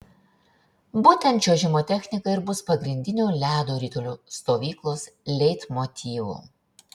būtent čiuožimo technika ir bus pagrindiniu ledo ritulio stovyklos leitmotyvu